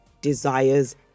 desires